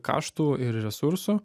kaštų ir resursų